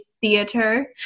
theater